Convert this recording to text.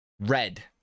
Red